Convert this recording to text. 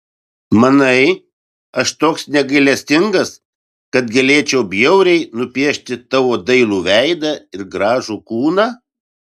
manai aš toks negailestingas kad galėčiau bjauriai nupiešti tavo dailų veidą ir gražų kūną